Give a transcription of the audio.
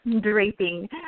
draping